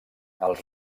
els